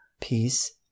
peace